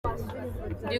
ndi